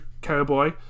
cowboy